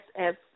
-S